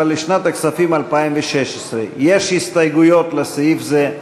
אבל לשנת הכספים 2016. יש הסתייגויות לסעיף זה,